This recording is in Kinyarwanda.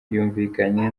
yumvikanye